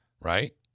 right